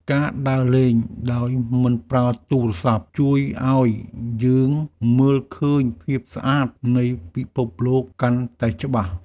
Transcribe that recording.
ការដើរលេងដោយមិនប្រើទូរស័ព្ទ ជួយឱ្យយើងមើលឃើញភាពស្អាតនៃពិភពលោកកាន់តែច្បាស់។